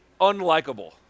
unlikable